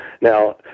Now